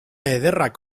ederrak